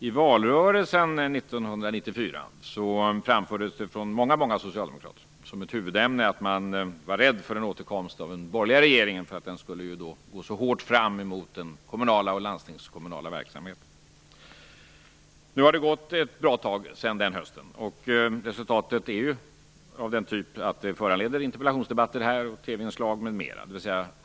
I valrörelsen 1994 framfördes det från många socialdemokrater som ett huvudämne att man var rädd för en återkomst av den borgerliga regeringen därför att den skulle gå så hårt fram emot den kommunala och landstingskommunala verksamheten. Nu har det gått ett bra tag sedan den hösten. Resultatet är av den typ att det föranleder interpellationsdebatter här, TV-inslag m.m.